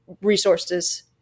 resources